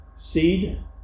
Seed